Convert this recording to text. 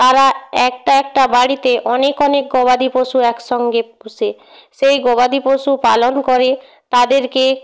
তারা একটা একটা বাড়িতে অনেক অনেক গবাদি পশু একসঙ্গে পোষে সেই গবাদি পশু পালন করে তাদেরকে